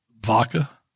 Vodka